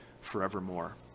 forevermore